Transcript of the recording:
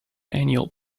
annual